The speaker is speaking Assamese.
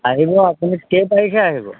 আহিব আপুনি কেই তাৰিখে আহিব